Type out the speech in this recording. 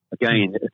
again